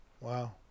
Wow